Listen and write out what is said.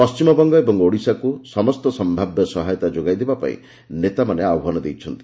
ପଣ୍ଢିମବଙ୍ଗ ଓ ଓଡ଼ିଶାକୁ ସମସ୍ତ ସମ୍ଭାବ୍ୟ ସହାୟତା ଯୋଗାଇ ଦିଆଯିବା ପାଇଁ ନେତାମାନେ ଆହ୍ୱାନ ଦେଇଛନ୍ତି